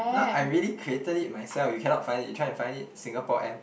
not I really created it myself you cannot find it you try and find it Singapore M